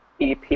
EP